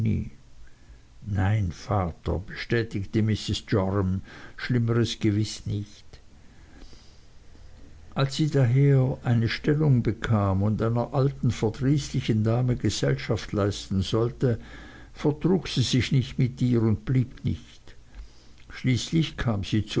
nein vater bestätigte mrs joram schlimmeres gewiß nicht als sie daher eine stellung bekam und einer alten verdrießlichen dame gesellschaft leisten sollte vertrug sie sich nicht mit ihr und blieb nicht schließlich kam sie zu